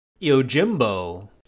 Yojimbo